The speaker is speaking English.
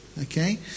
Okay